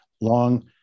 long